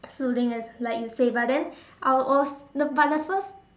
soothing as like you say but then I will also but the first